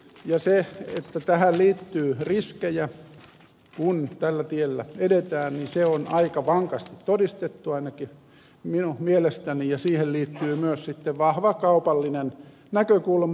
se että tähän liittyy riskejä kun tällä tiellä edetään on aika vankasti todistettu ainakin minun mielestäni ja siihen liittyy myös sitten vahva kaupallinen näkökulma